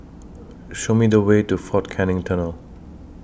Show Me The Way to Fort Canning Tunnel